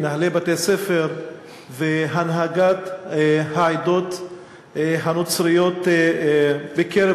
מנהלי בתי-ספר והנהגת העדות הנוצריות בקרב